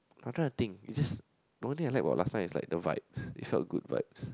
I try to think it just normally I like was last time is like the vibes it felt the Good Vibes